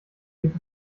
geht